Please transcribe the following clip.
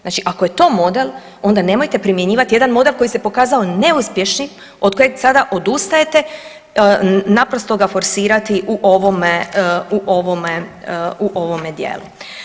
Znači, ako je to model onda nemojte primjenjivati jedan model koji se pokazao neuspješnim od kojeg sada odustajete, naprosto ga forsirati u ovome dijelu.